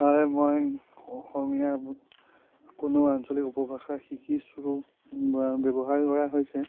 হয় মই অসমীয়া কোনো আঞ্চলিক উপভাষা শিকিছো ব্যৱহাৰ কৰা হৈছে